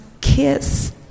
kiss